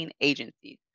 agencies